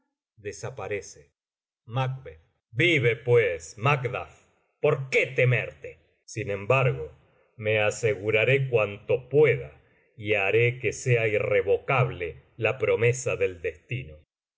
macb todas macb br br todas macb sin embargo me aseguraré cuanto pueda y haré que sea irrevocable la promesa del destino